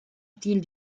styles